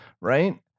right